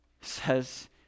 says